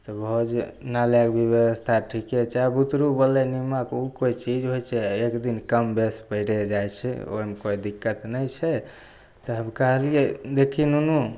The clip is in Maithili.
तऽ भोजनालयके भी बेबस्था ठीके छै बुतरू बोललै निमक ओ कोइ चीज होइ छै एकदिन कम बेस पड़िए जाइ छै ओकरामे कोइ दिक्कत नहि छै तब हम कहलिए देखही नुनू